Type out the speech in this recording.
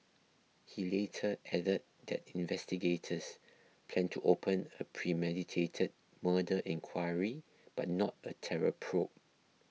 he later added that investigators planned to open a premeditated murder inquiry but not a terror probe